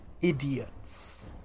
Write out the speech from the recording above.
idiots